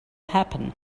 happen